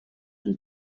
and